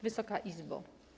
Wysoka Izbo!